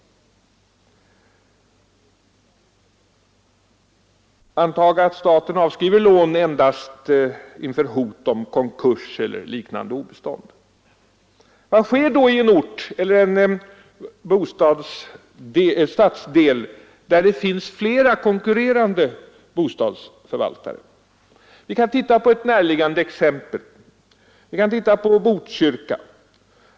Antag att staten avskriver lån endast inför hot om konkurs eller liknande obestånd. Vad sker då i en ort eller stadsdel där det finns flera konkurrerande bostadsförvaltare? Titta på ett närliggande exempel, Botkyrka.